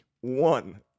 one